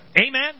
Amen